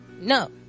No